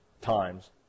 Times